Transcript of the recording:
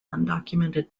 undocumented